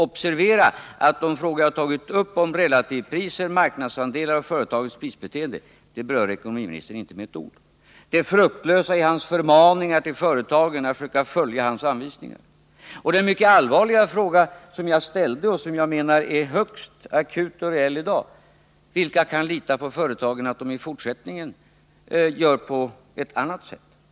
Observera att de frågor som jag har tagit upp om relativpriser, marknadsandelar och företagens prisbeteende berör ekonomiministern inte med ett ord! Han berör inte det fruktlösa i hans förmaningar till företagen att försöka följa hans anvisningar och inte heller den mycket allvarliga fråga som jag ställde och som jag menar är högst akut och aktuell i dag: Vilka kan lita på att företagen i fortsättningen gör på ett annat sätt?